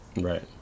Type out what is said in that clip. Right